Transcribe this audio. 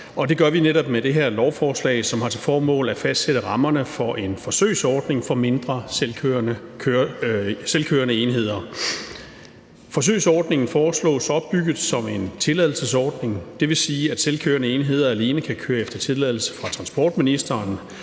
det gør vi netop med det her lovforslag, som har til formål at fastsætte rammerne for en forsøgsordning med mindre selvkørende enheder. Forsøgsordningen foreslås opbygget som en tilladelsesordning. Det vil sige, at selvkørende enheder alene kan køre efter tilladelse fra transportministeren,